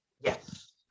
Yes